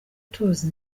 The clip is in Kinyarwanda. tuzi